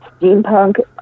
steampunk